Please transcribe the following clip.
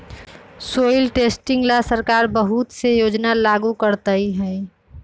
soil testing ला सरकार बहुत से योजना लागू करते हई